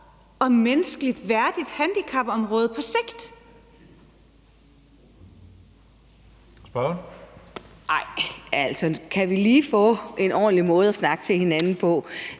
og menneskeligt værdigt handicapområde på sigt.